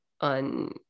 on